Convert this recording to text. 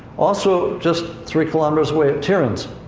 also, just three kilometers away, at tiryns,